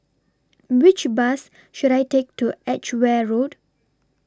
Which Bus should I Take to Edgeware Road